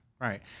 right